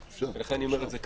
ואני אומר את זה,